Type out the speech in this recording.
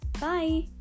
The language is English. Bye